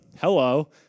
hello